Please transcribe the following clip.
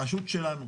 רשות שלנו,